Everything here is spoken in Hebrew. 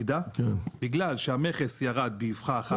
בגלל שהמכס ירד באבחה אחת.